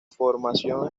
formación